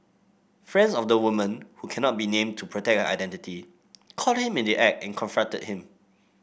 friends of the woman who cannot be named to protect identity caught him in the act and confronted him